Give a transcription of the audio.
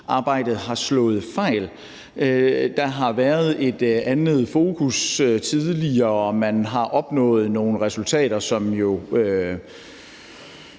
avlsarbejdet har slået fejl. Der har været et andet fokus tidligere. Man har opnået nogle resultater, som jo